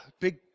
big